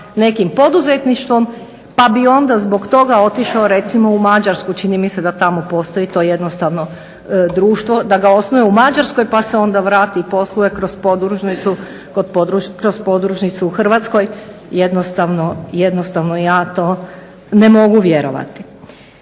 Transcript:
nekim poduzetništvom pa bi onda zbog toga otišao recimo u Mađarsku, čini mi se da tamo postoji to jednostavno društvo, da ga osnuje u Mađarskoj pa se onda vrati i posluje kroz podružnicu u Hrvatskoj. Jednostavno ja to ne mogu vjerovati.